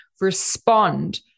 respond